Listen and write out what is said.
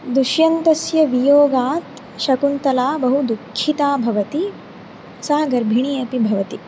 दुष्यन्तस्य वियोगात् शकुन्तला बहु दुःखिता भवति सा गर्भिणी अपि भवति